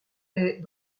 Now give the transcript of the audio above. est